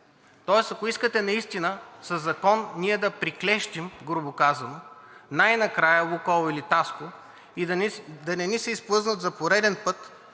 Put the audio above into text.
Тоест ако искате наистина със закон ние да приклещим, грубо казано, най-накрая „Лукойл“ и „Литаско“ да не ни се изплъзнат за пореден път,